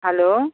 hello